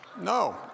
No